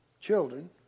children